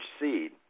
seed